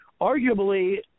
Arguably